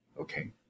okay